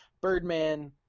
Birdman